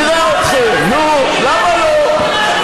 נראה אתכם, נו, למה לא?